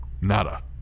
Nada